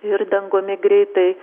ir dangumi greitai